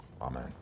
Amen